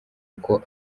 uko